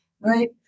right